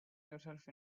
yourself